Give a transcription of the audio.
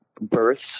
births